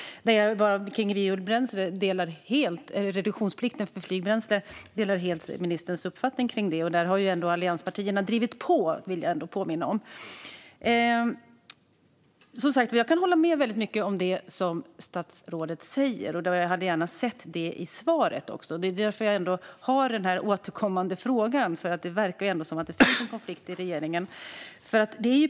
Jag delar helt ministerns uppfattning kring reduktionsplikten för flygbränsle. Där vill jag ändå påminna om att allianspartierna har drivit på. Som sagt kan jag hålla med om väldigt mycket som statsrådet säger, och jag hade gärna också hört det interpellationssvaret. Jag återkommer till den här frågan, eftersom det verkar finnas en konflikt om den i regeringen.